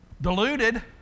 deluded